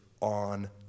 on